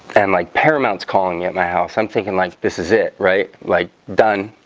and like paramount's calling at my house i'm thinking like this is it right like done.